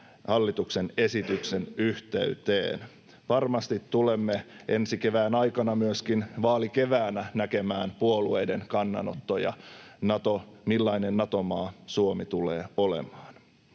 hallituksen esityksen yhteyteen. Varmasti tulemme ensi kevään aikana myöskin vaalikeväänä näkemään puolueiden kannanottoja, millainen Nato-maa Suomi tulee olemaan.